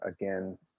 again